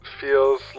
feels